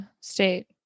State